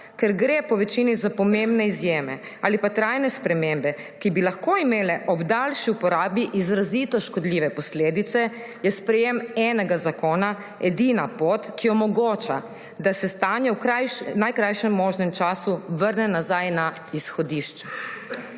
Ker gre povečini za pomembne izjeme ali pa trajne spremembe, ki bi lahko imele ob daljši uporabi izrazito škodljive posledice, je sprejetje enega zakona edina pot, ki omogoča, da se stanje v najkrajšem možnem času vrne nazaj na izhodišče.